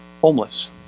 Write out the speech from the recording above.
homeless